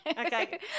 okay